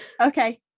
okay